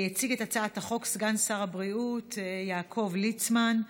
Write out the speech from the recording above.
יציג את הצעת החוק סגן שר הבריאות יעקב ליצמן.